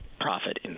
profit